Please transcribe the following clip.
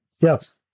Yes